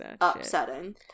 upsetting